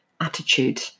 attitude